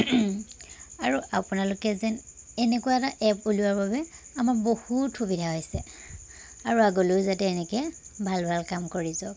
আৰু আপোনালোকে যেন এনেকুৱা এটা এপ ওলোৱাৰ বাবে আমাৰ বহুত সুবিধা হৈছে আৰু আগলৈও যাতে এনেকৈ ভাল ভাল কাম কৰি যাওক